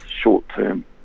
short-term